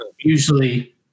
usually